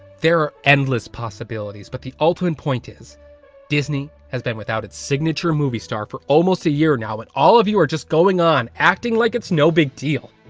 there are endless possibilites, but the ultimate point is disney has been without its signature movie star for almost a year now and all of you are just going on, acting like its no big deal.